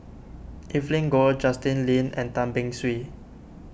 Evelyn Goh Justin Lean and Tan Beng Swee